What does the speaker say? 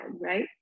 right